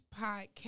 Podcast